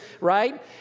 right